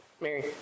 Mary